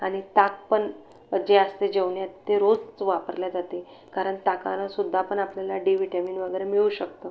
आणि ताकपण जे असते जेवणात ते रोज वापरले जाते कारण ताकानं सुद्धापण आपल्याला डी व्हिटॅमिन वगैरे मिळू शकतं